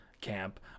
camp